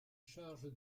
charge